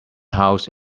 house